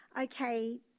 okay